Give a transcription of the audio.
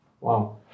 Wow